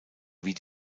wie